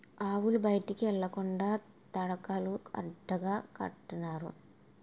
ఆవులు బయటికి ఎల్లకండా తడకలు అడ్డగా కట్టినారు